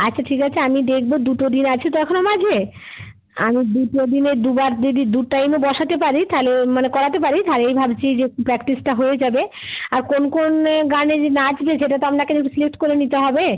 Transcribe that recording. আচ্ছা ঠিক আছে আমি দেখবো দুটো দিন আছে তো এখনো মাঝে আমি দুটো দিনে দুবার যদি দু টাইমও বসাতে পারি তাহলে মানে করাতে পারি তাহলেই ভাবছি যে প্র্যাক্টিসটা হয়ে যাবে আর কোন কোন গানে যে নাচবে সেটা তো আপনাকে তো একটু সিলেক্ট করে নিতে হবে